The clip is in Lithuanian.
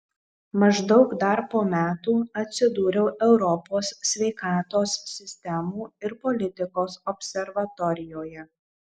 maždaug dar po metų atsidūriau europos sveikatos sistemų ir politikos observatorijoje